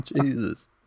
Jesus